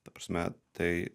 ta prasme tai